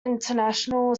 international